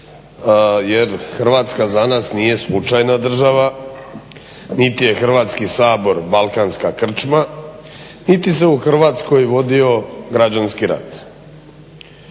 jer Hrvatska za nas nije slučajna država niti je Hrvatski sabor balkanska krčma, niti se u Hrvatskoj vodio građanski rat.